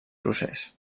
procés